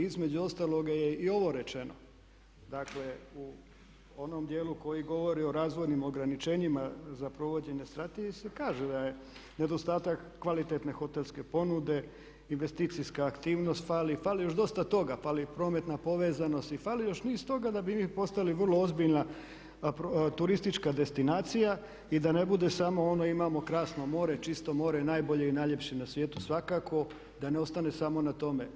Između ostaloga je i ovo rečeno, dakle u onom dijelu koji govori o razvojnim ograničenjima za provođenjem strategije se kaže da je nedostatak kvalitetne hotelske ponude, investicijska aktivnost fali, fali još dosta toga, fali i prometna povezanost, i fali još niz toga da bi mi postali vrlo ozbiljna turistička destinacija i da ne bude samo ono imamo krasno more, čisto more, najbolje i najljepše na svijetu svakako, da ne ostane samo na tome.